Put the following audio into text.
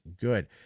good